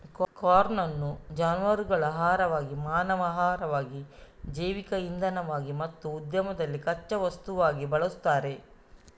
corn ಅನ್ನು ಜಾನುವಾರುಗಳ ಆಹಾರವಾಗಿ, ಮಾನವ ಆಹಾರವಾಗಿ, ಜೈವಿಕ ಇಂಧನವಾಗಿ ಮತ್ತು ಉದ್ಯಮದಲ್ಲಿ ಕಚ್ಚಾ ವಸ್ತುವಾಗಿ ಬಳಸ್ತಾರೆ